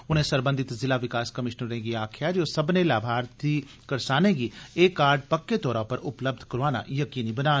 उनें सरबंधित ज़िला विकास कमीश्नरें गी आक्खेआ जे ओह् सब्मनें लाभार्थी करसानें गी एह् कार्ड पक्के तौरा पर उपलब्ध कराना यकीनी बनान